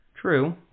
True